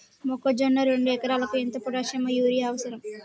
మొక్కజొన్న రెండు ఎకరాలకు ఎంత పొటాషియం యూరియా అవసరం?